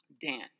dance